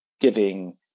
giving